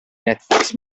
netflix